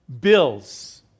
Bills